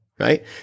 right